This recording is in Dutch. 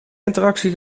interactie